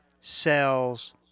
sells